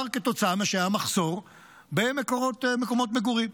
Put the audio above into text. זה נוצר כתוצאה מכך שהיה מחסור במקומות מגורים.